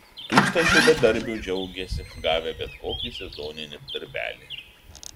tūkstančiai bedarbių džiaugiasi gavę bet kokį sezoninį darbelį